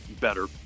better